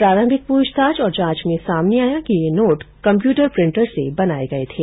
प्रारम्भिक पूछताछ और जांच में सामने आया कि ये नोट कम्प्यूटर प्रिंटर से बनाए गये थे